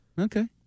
Okay